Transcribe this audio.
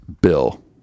Bill